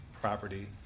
property